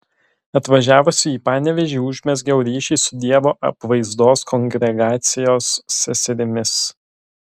atvažiavusi į panevėžį užmezgiau ryšį su dievo apvaizdos kongregacijos seserimis